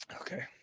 Okay